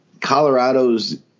Colorado's